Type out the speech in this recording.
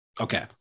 okay